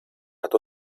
hat